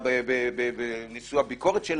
בצלאל,